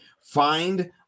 find